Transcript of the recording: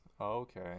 okay